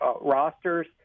rosters